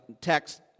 text